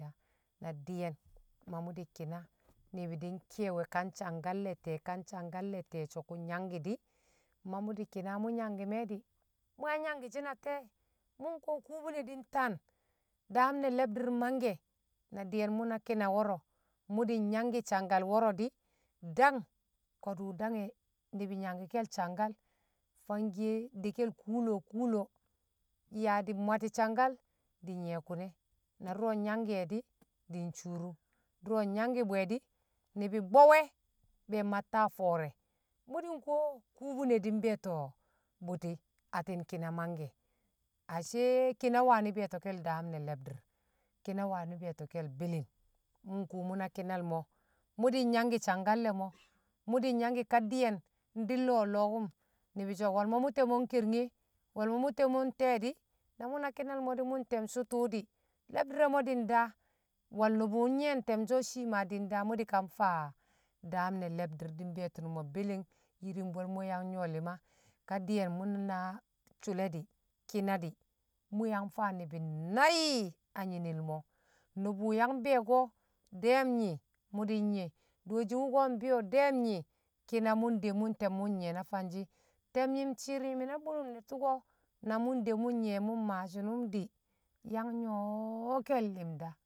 Na di̱ye̱n ma mṵ di̱ ki̱na ni̱bi̱ di̱ nki̱ye̱we̱ ka ncangke̱l le̱ te̱e̱ ka ncangkal le̱ te̱e̱ so̱ kṵ nyangki̱ di̱ ma mṵ di̱ ki̱na nangkum e̱ di̱, mṵ yang nyangki̱ shi̱ na te̱e̱ mṵ nko kubine di̱ ntan daam ne̱ le̱bdi̱r mangke̱ na di̱ye̱n mṵ na ki̱na wo̱ro̱ mṵ di̱ nyangki̱ sang kal wo̱ro̱ di̱ dang ko̱dṵ dang e̱, mi̱bi̱ nyangki̱ke̱l sangkal fangkiye de̱ke̱l kṵṵ lo̱o̱ kṵṵ lo̱o̱ yaa di̱ mulati sangkal di̱ nye ku̱ne̱ na dṵro̱ nyanki e̱ di̱, di̱ shurung duro nyanki̱ bṵ e̱ di̱ ni̱bi̱ bo̱we̱ be̱ matta fo̱o̱re̱ mṵ di̱n ko kṵbine di̱ mbe̱e̱to̱ bṵti̱, atti̱n ki̱na mangke̱ ashe kina wani̱ be̱e̱to̱ke̱l daam ne̱ le̱bdi̱r ki̱na wani̱ be̱e̱to̱ke̱l bi̱li̱ng mṵ nko mṵ na ki̱nal mo̱ mṵ di̱ nyangki sangkal le̱ mo mṵ di̱ nyangki̱ ka di̱ye̱n ndi̱-lo̱o̱ a lo̱o̱kṵm ni̱bi̱ so̱ wo̱lmo̱ mu te̱mo̱n kernke wol mo mu temon te̱e̱ di̱ namu na kinal mo̱ di̱ mo̱ nte̱m sṵṵ tṵṵ di̱ le̱bdi̱r re̱ mo̱ di̱ ndaa we̱l nṵbṵ nyi̱ye̱n te̱mshi e̱ shii ma di̱ daa mṵ dikan mfaa daam ne̱ le̱bdi̱r di̱ mbe̱e̱ti̱nṵ mo̱ bi̱li̱ng yi̱rumbul mo̱ yang nyo̱ li̱ma ka di̱ye̱n mṵ sṵle̱ ki̱na di̱ mṵ yang faa ni̱bi̱ nai̱ a nyine̱l mo̱, nṵbṵ yang bi̱yo̱ko̱ de̱e̱m nyi mṵdi̱ nye dooshi̱ wṵko̱ mbi̱yo̱ deem nyi̱ ki̱na mṵ nde mṵn teem mun nyi̱ye̱ na fanshi̱, te̱myi̱m shir nyi̱ mi̱ na bunṵm ne̱ tṵko̱ na mu de̱ mṵ nyi̱ye̱ mṵ mmaa shi̱nṵm di̱ yang nyoke̱l li̱ma limda